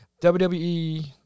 WWE